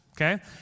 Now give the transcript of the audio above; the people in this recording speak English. okay